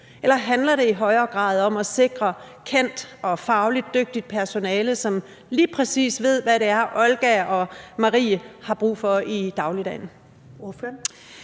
Eller handler det i højere grad om at sikre kendt og fagligt dygtigt personale, som lige præcis ved, hvad det er, Olga og Marie har brug for i dagligdagen? Kl.